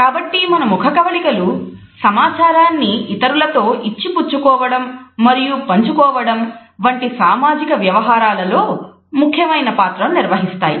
కాబట్టి మన ముఖకవళికలు సమాచారాన్ని ఇతరులతో ఇచ్చిపుచ్చుకోవడం మరియు పంచుకోవడం వంటి సామాజిక వ్యవహారాలలో ముఖ్యమైన పాత్రను నిర్వహిస్తాయి